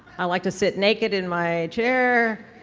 i like to sit naked in my chair.